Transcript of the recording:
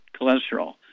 cholesterol